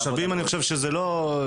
כך שהמשאבים נמצאים וקיימים,